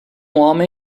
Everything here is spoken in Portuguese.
homem